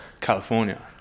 California